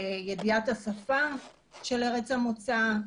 ידיעת השפה של ארץ המוצא,